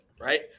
right